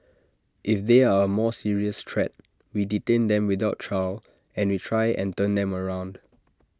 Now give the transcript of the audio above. if they are A more serious threat we detain them without trial and we try and turn them around